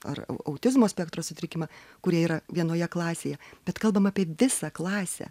ar autizmo spektro sutrikimą kurie yra vienoje klasėje bet kalbam apie visą klasę